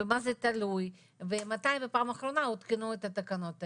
במה זה תלוי ומתי בפעם האחרונה תוקנו התקנות האלה?